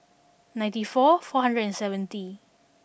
ninety four four hundred and seventy